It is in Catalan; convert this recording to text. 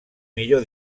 millor